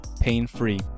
pain-free